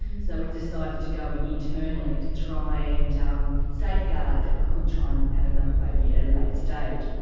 so we decided to go and internally to try and um safeguard that i could try and have another baby at a later stage.